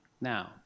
now